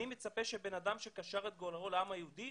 אני מצפה שבן אדם שקשר את גורלו לעם היהודי